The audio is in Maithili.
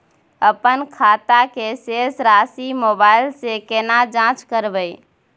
अपन खाता के शेस राशि मोबाइल से केना जाँच करबै?